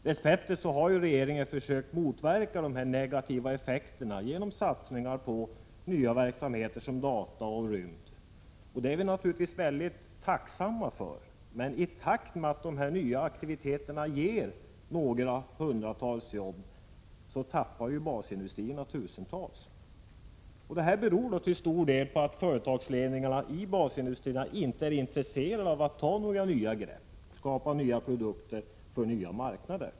Dess bättre har regeringen försökt motverka dessa negativa effekter genom satsningar på nya verksamheter såsom data och rymd. Det är vi naturligtvis väldigt tacksamma för. Men i takt med att dessa nya aktiviteter ger några hundratals jobb tappar basindustrierna tusentals. Det beror till stor del på att företagsledningarna i basindustrierna inte är intresserade av att ta några nya grepp, skapa nya produkter och få nya marknader.